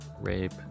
rape